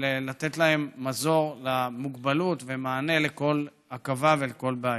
ולתת להם מזור למוגבלות ומענה לכל עכבה ולכל בעיה.